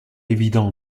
évident